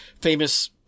famous